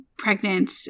pregnant